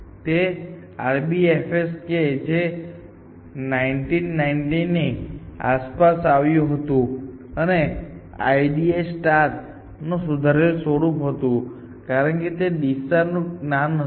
તેથી RBFS કે જે 1990ની આસપાસ આવ્યું હતું અને IDA નું સુધારેલું સ્વરૂપ હતું કારણ કે તેમાં દિશાનું જ્ઞાન હતું